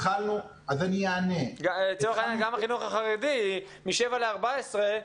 גם החינוך החרדי מ-7% ל-14%,